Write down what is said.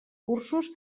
cursos